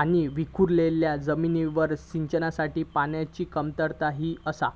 आणि विखुरलेल्या जमिनींवर सिंचनासाठी पाण्याची कमतरता ही आसा